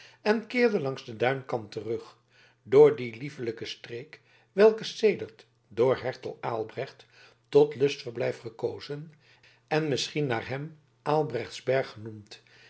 en keerde langs den duinkant terug door die liefelijke streek welke sedert door hertog aelbrecht tot lustverblijf gekozen en misschien naar hem aelbrechtsberg genoemd